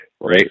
right